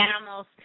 animals